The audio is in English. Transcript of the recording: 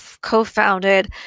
co-founded